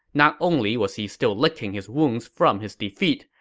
not only was he still licking his wounds from his defeat,